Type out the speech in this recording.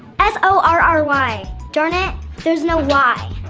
s o r r y. darn it, there's no y.